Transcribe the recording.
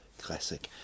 Classic